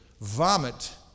vomit